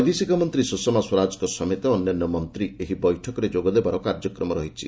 ବୈଦେଶିକ ମନ୍ତ୍ରୀ ସୁଷମା ସ୍ୱରାଜଙ୍କ ସମେତ ଅନ୍ୟାନ୍ୟ ମନ୍ତ୍ରୀ ଏହି ବୈଠକରେ ଯୋଗ ଦେବାର କାର୍ଯ୍ୟକ୍ରମ ରହିଛି